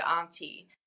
auntie